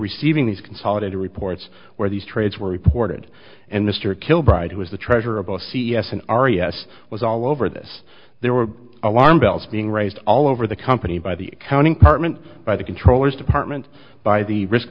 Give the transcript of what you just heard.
receiving these consolidated reports where these trades were reported and mr kilbride who was the treasurer of both c s n r e s was all over this there were alarm bells being raised all over the company by the accounting partment by the controllers department by the risk